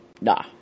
nah